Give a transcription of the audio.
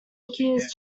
accused